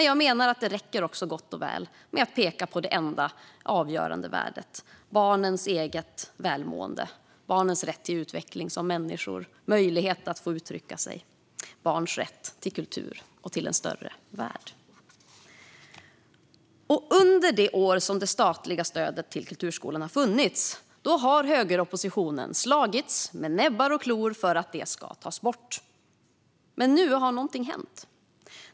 Jag menar dock att det räcker gott och väl att peka på det enda avgörande värdet: barnens eget välmående, barnens rätt till utveckling som människor, barnens möjlighet att uttrycka sig, barnens rätt till kultur och till en större värld. Under det år som det statliga stödet till kulturskolan har funnits har högeroppositionen slagits med näbbar och klor för att det ska tas bort. Nu har dock någonting hänt.